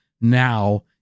now